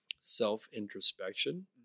self-introspection